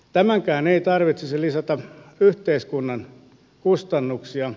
tämänkään ei tarvitsisi lisätä yhteiskunnan kustannuksia